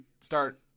start